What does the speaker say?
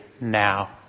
now